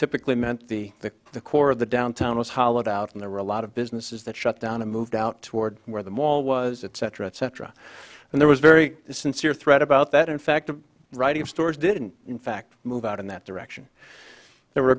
typically meant the the the core of the downtown was hollowed out and there were a lot of businesses that shut down and moved out toward where the mall was etc etc and there was very sincere thread about that in fact the writing of stores didn't in fact move out in that direction there were a